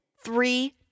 Three